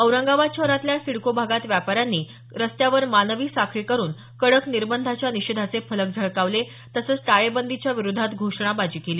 औरंगाबाद शहरातल्या सिडको भागात व्यापाऱ्यांनी रस्त्यावर मानवी साखळी करून कडक निर्बंधाच्या निषेधाचे फलक झळकावले तसंच टाळेबंदीच्या विरोधात घोषणाबाजी केली